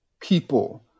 people